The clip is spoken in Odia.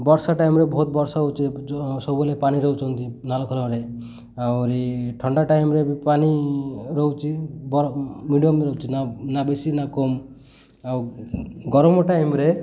ବର୍ଷା ଟାଇମ୍ରେ ବହୁତ ବର୍ଷା ହେଉଛି ସବୁବେଳେ ପାଣି ରହୁଛନ୍ତି ନାଳ ଖଲମରେ ଆହୁରି ଥଣ୍ଡା ଟାଇମ୍ରେ ବି ପାଣି ରହୁଚି ବ ମିଡ଼ିୟମ୍ ରହୁଛି ନା ବେଶୀ ନା କମ ଆଉ ଗରମ ଟାଇମ୍ରେ